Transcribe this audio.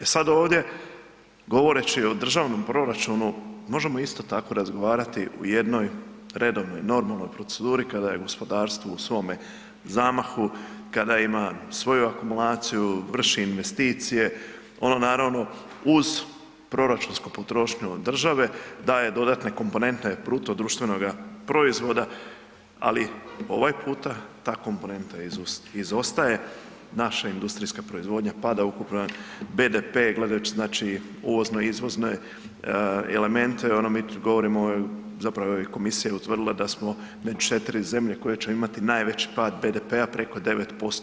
E sad ovdje govoreći o državnom proračunu možemo isto tako razgovarati u jednoj redovnoj normalnoj proceduri kada je gospodarstvo u svome zamahu, kada ima svoju akumulaciju, vrši investicije, ono naravno uz proračunsku potrošnju od države daje dodatne komponente BDP-a, ali ovaj puta ta komponenta izostaje, naša industrijska proizvodnja pada, ukupan BDP gledajući, znači uvozno-izvozne elemente, ono mi govorimo zapravo i komisija je utvrdila da smo među 4 zemlje koje će imati najveći pad BDP-a preko 9%